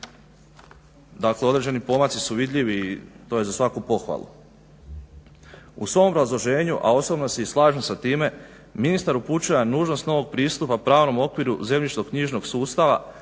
Dakle, određeni pomaci su vidljivi i to je za svaku pohvalu. U svom obrazloženju a osobno se slažem i time ministar upućuje na nužnost novog pristupa pravnom okviru zemljišno-knjižnog sustava